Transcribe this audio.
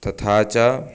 तथा च